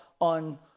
on